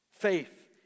Faith